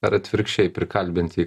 ar atvirkščiai prikalbinti jį